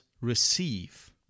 receive